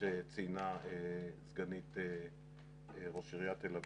שציינה סגנית ראש עיריית תל אביב.